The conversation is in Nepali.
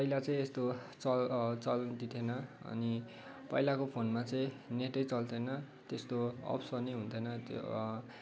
पहिला चाहिँ यस्तो चल चल्ती थिएन अनि पहिलाको फोनमा चाहिँ नेट नै चल्थेन त्यस्तो अप्सन नै हुन्थेन त्यो